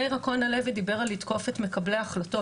מאיר הלוי דיבר על לתקוף את מקבלי ההחלטות,